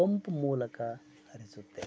pump ಮೂಲಕ ಹರಿಸುತ್ತೇವೆ